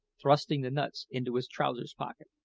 thrusting the nuts into his trousers pocket.